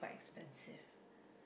expensive